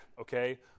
okay